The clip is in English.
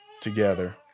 together